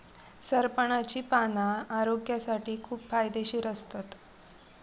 सरपणाची पाना आरोग्यासाठी खूप फायदेशीर असतत